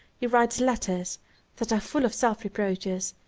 he writes letters that are full of self-reproaches,